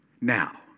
now